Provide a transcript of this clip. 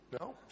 No